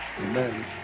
Amen